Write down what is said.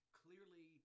clearly